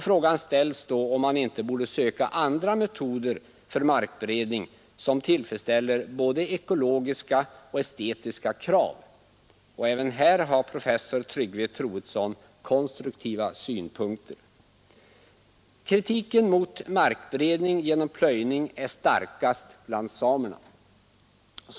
Frågan ställs då om man inte borde söka andra metoder för markberedning, som tillfredsställer både ekologiska och estetiska krav. Även här har professor Tryggve Troedsson konstruktiva synpunkter. Kritiken mot markberedningen genom plöjning är starkast bland samerna.